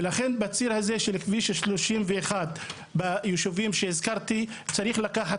ולכן בציר הזה של כביש 31 ביישובים שהזכרתי צריך לקחת